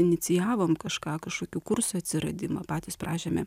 inicijavom kažką kažkokių kursų atsiradimą patys prašėme